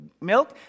milk